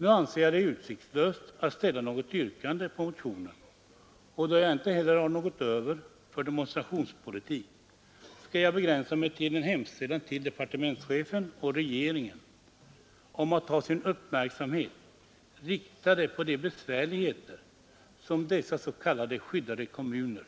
Nu anser jag det utsiktslöst att ställa något yrkande på motionen, och då jag inte heller har något till övers för demonstrationspolitik, skall jag begränsa mig till en hemställan till departementschefen och regeringen om att ha sin uppmärksamhet riktad på de besvärligheter som dessa s.k. skyddade kommuner